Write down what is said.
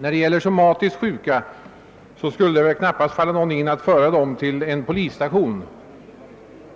När det gäller somatiskt sjuka människor skulle det väl knappast falla nå gon in att föra dessa till en polisstation.